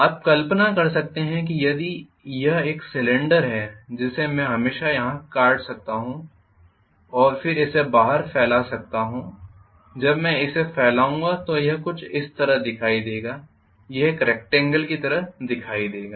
आप कल्पना कर सकते हैं कि यदि यह एक सिलेंडर है जिसे मैं हमेशा यहां काट सकता हूं और इसे बाहर फैला सकता हूं जब मैं इसे फैलाऊंगा तो यह कुछ इस तरह दिखाई देगा यह एक रेक्टॅंगल की तरह दिखाई देगा